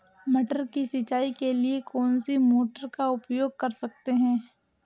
मटर की सिंचाई के लिए कौन सी मोटर का उपयोग कर सकते हैं?